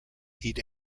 eat